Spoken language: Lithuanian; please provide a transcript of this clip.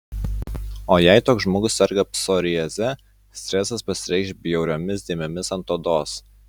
o jei toks žmogus serga psoriaze stresas pasireikš bjauriomis dėmėmis ant odos